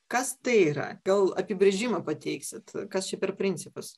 kas tai yra gal apibrėžimą pateiksit kas čia per principas